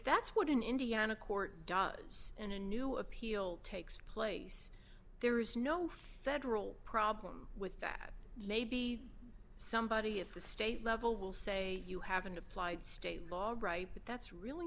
that's what an indiana court does and a new appeal takes place there is no federal problem with that maybe somebody at the state level will say you haven't applied state law but that's really